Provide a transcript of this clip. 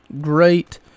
great